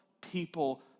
people